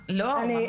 אני לא מבינה,